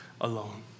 alone